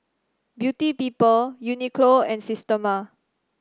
Beauty People Uniqlo and Systema